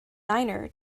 niner